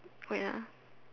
wait